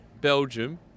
Belgium